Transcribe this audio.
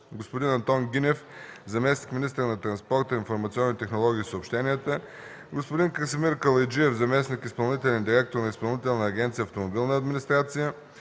господин Антон Гинев – заместник-министър на транспорта, информационните технологии и съобщенията, господин Красимир Калайджиев – заместник изпълнителен директор на Изпълнителна агенция „Автомобилна администрация”,